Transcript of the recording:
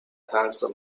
handsome